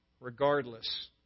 regardless